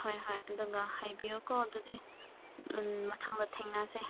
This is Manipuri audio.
ꯍꯣꯏ ꯍꯣꯏ ꯑꯗꯨꯒ ꯍꯥꯏꯕꯤꯌꯣꯀꯣ ꯑꯗꯨꯗꯤ ꯎꯝ ꯃꯊꯪꯗ ꯊꯦꯡꯅꯁꯦ